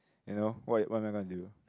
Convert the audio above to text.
you know what what am I gonna do